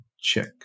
check